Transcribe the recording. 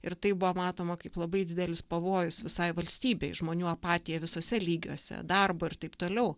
ir tai buvo matoma kaip labai didelis pavojus visai valstybei žmonių apatija visose lygiuose darbo ir taip toliau